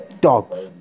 dogs